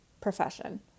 profession